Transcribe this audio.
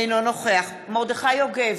אינו נוכח מרדכי יוגב,